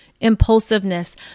impulsiveness